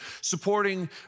supporting